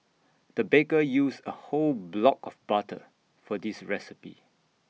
the baker used A whole block of butter for this recipe